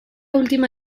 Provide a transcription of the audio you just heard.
última